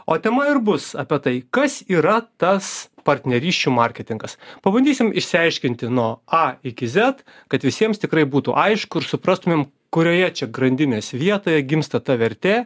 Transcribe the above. o tema ir bus apie tai kas yra tas partnerysčių marketingas pabandysim išsiaiškinti nuo a iki zet kad visiems tikrai būtų aišku ir suprastumėm kurioje čia grandinės vietoje gimsta ta vertė